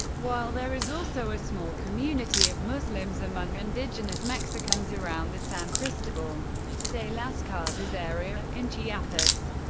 while there is also a small community of muslims among indigenous mexicans around the san cristobal de las casas area in chiapas.